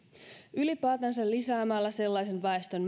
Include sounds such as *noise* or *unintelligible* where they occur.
ylipäätänsä sellaisen väestön *unintelligible*